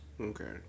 Okay